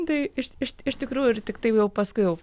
tai iš iš iš tikrųjų ir tiktai jau paskui jau